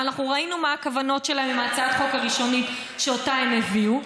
וראינו מה הכוונות שלהם עם הצעת החוק הראשונית שאותה הם הביאו,